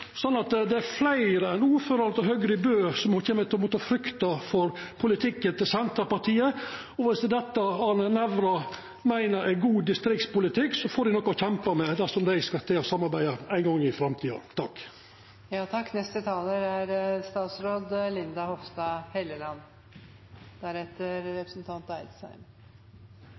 å måtta frykta for politikken til Senterpartiet. Dersom det er dette Arne Nævra meiner er god distriktspolitikk, får dei noko å kjempa med dersom dei skal samarbeida ein gong i framtida. Jeg skal ikke dra ut debatten, men det er